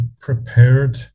prepared